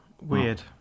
weird